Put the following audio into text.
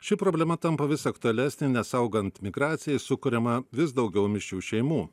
ši problema tampa vis aktualesnė nes augant migracijai sukuriama vis daugiau mišrių šeimų